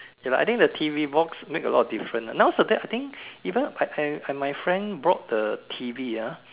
ya lah I think the T_V box makes a lot of difference ah nowadays I think even my my friend bought the T_V ah